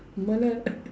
உன் மேல:un meela